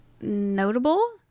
notable